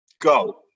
Go